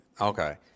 Okay